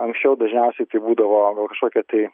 anksčiau dažniausiai tai būdavo vat kažkokie tai